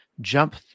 jump